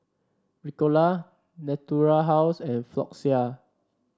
Ricola Natura House and Floxia